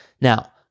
Now